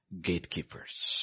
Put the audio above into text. Gatekeepers